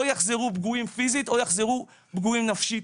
או יחזרו פגועים פיזית או יחזרו פגועים נפשית.